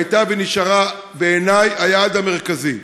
שהייתה ונשארה בעיני היעד המרכזי.